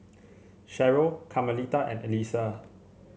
Cherryl Carmelita and Elyssa